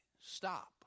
stop